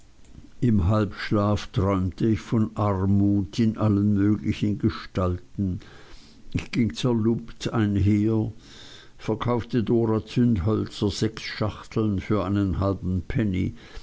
im halbschlaf träumte ich von armut in allen möglichen gestalten ich ging zerlumpt einher verkaufte dora zündhölzer sechs schachteln für einen halben penny